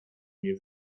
mnie